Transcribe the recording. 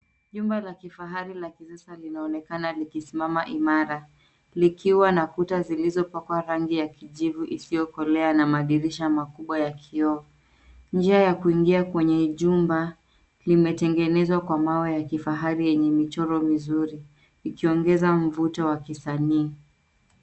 Jumba la kifahari la kisasa linaonekana likisimama imara, likiwa na kuta zilizopakwa rangi ya kijivu isiyokolea na madirisha makubwa ya kioo. Njia ya kuingia kwenye jumba limetengezwa kwa mawe ya kifahari yenye michoro mizuri, ikiongeza mvuto wa kisanii.